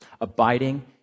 abiding